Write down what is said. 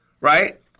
Right